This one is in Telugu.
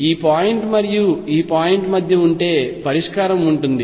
ఈ పాయింట్ మరియు ఈ పాయింట్ మధ్య ఉంటే పరిష్కారం ఉంటుంది